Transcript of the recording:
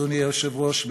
אדוני היושב-ראש,